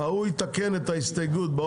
הוא יתקן את ההסתייגות.